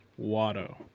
Watto